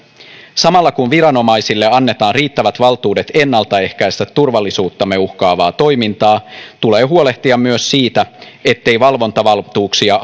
samalla kun viranomaisille annetaan riittävät valtuudet ennaltaehkäistä turvallisuuttamme uhkaavaa toimintaa tulee huolehtia myös siitä ettei valvontavaltuuksia